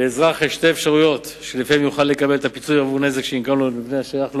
1. האם אפשר לבקש לשנות את המסלול בתוך שבועיים מיום הפגיעה?